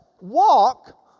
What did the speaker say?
walk